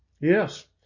Yes